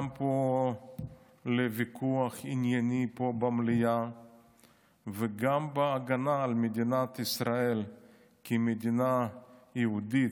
גם פה לוויכוח ענייני במליאה וגם בהגנה על מדינת ישראל כמדינה יהודית,